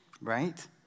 right